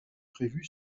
prévue